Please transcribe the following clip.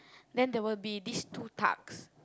then there will be these two thugs